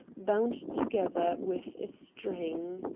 bound together with a string.